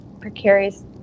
precarious